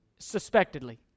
suspectedly